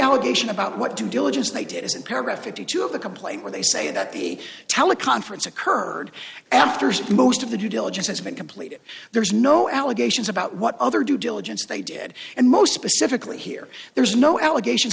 allegation about what to diligently did is in paragraph fifty two of the complaint where they say that the teleconference occurred after most of the due diligence that's been completed there's no allegations about what other due diligence they did and most specifically here there's no allegations